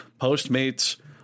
postmates